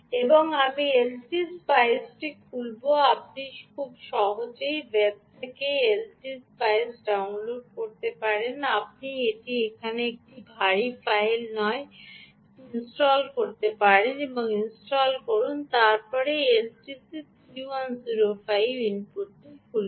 এবং আমি এলটি স্পাইসটি খুলব আপনি খুব সহজেই ওয়েব থেকে এলটি স্পাইসটি ডাউনলোড করতে পারেন আপনি এটি একটি ভারী ফাইল নয় এটি ইনস্টল করতে পারেন ইনস্টল করুন এবং তারপরে এলটিসি 3105 ইনপুটটি খুলুন